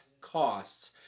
costs